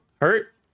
Hurt